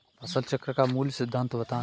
फसल चक्र का मूल सिद्धांत बताएँ?